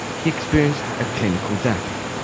he experienced a clinical death.